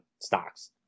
stocks